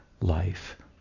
life